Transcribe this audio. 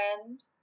friend